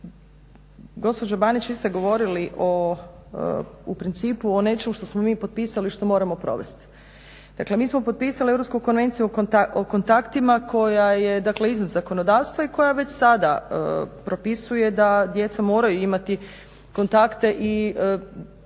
Gospođo Banić vi ste govorili u principu o nečemu što smo mi potpisali i što moramo provesti. Dakle, mi smo potpisali Europsku konvenciju o kontaktima koja je dakle iznad zakonodavstva i koja već sada propisuje da djeca moraju imati kontakte i nekakva